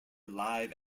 live